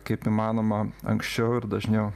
kaip įmanoma anksčiau ir dažniau